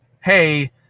hey